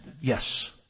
Yes